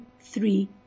three